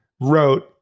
wrote